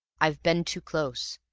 i've been too close.